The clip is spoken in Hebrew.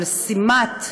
של שימת,